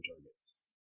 targets